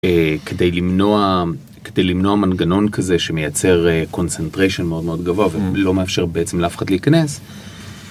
כדי למנוע כדי למנוע מנגנון כזה שמייצר concentration מאוד מאוד גבוה ולא מאפשר בעצם לאף אחד להיכנס.